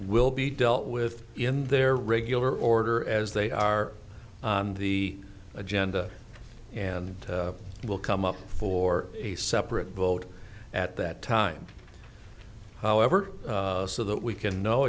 will be dealt with in their regular order as they are on the agenda and will come up for a separate vote at that time however so that we can know